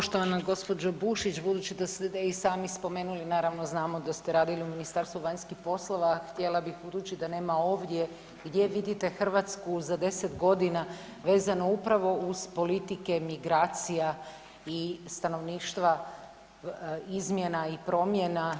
Poštovana gospođo Bušić, budući da ste i sami spomenuli naravno znamo da ste radili u Ministarstvu vanjskih poslova htjela bih poručiti da nema ovdje, gdje vidite Hrvatsku za 10 godina vezano upravo uz politike migracija i stanovništva, izmjena i promjena.